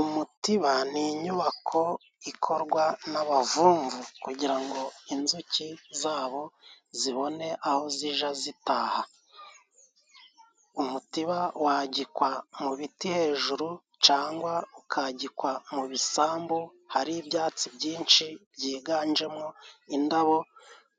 Umutiba ni inyubako ikorwa n'abavumvu, kugira ngo inzuki zabo zibone aho zijya zitaha, umutiba umanikwa mu biti hejuru, cyangwa ukagikwa mu bisambu hari ibyatsi byinshi byiganjemo indabo,